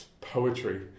poetry